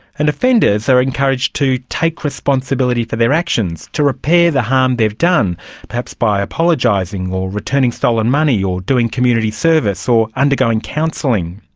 and offenders are encouraged to take responsibility for their actions, to repair the harm they've done perhaps by apologising or returning stolen money or doing community service or undergoing counselling.